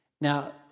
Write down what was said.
Now